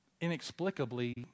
inexplicably